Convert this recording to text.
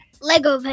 Lego